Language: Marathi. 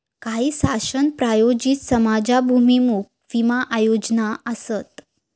काही शासन प्रायोजित समाजाभिमुख विमा योजना आसत